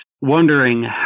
wondering